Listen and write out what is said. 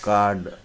card